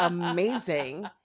amazing